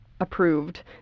approved